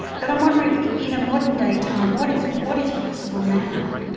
but i'm wondering, in a modern-day time, what is what is possible now?